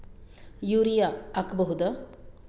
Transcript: Urea ಹಾಕ್ ಬಹುದ?